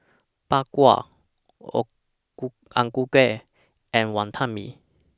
Bak Kwa O Ku Kueh and Wantan Mee